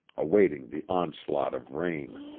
awaiting the onslaught of rain.